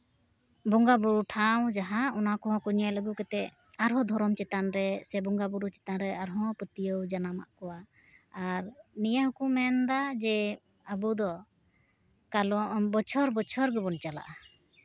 ᱵᱚᱸᱜᱟᱼᱱᱩᱨᱩ ᱴᱷᱟᱶ ᱡᱟᱦᱟᱸ ᱚᱱᱟ ᱠᱚᱦᱚᱸ ᱠᱚ ᱧᱮᱞ ᱟᱹᱜᱩ ᱠᱟᱛᱮᱫ ᱟᱨᱦᱚᱸ ᱫᱷᱚᱨᱚᱢ ᱪᱮᱛᱟᱱ ᱨᱮ ᱥᱮ ᱵᱚᱸᱜᱟᱼᱵᱩᱨᱩ ᱪᱮᱛᱟᱱ ᱨᱮ ᱟᱨᱦᱚᱸ ᱯᱟᱹᱛᱭᱟᱹᱣ ᱡᱟᱱᱟᱢ ᱟᱜ ᱠᱚᱣᱟ ᱟᱨ ᱱᱤᱭᱟᱹ ᱦᱚᱸᱠᱚ ᱢᱮᱱ ᱮᱫᱟ ᱡᱮ ᱟᱵᱚ ᱫᱚ ᱠᱟᱞᱚᱢ ᱵᱚᱪᱷᱚᱨ ᱵᱚᱪᱷᱚᱨ ᱜᱮᱵᱚᱱ ᱪᱟᱞᱟᱜᱼᱟ